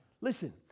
Listen